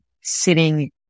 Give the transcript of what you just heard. sitting